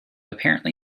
apparently